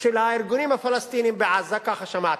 של הארגונים הפלסטיניים בעזה, ככה שמעתי,